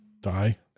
Die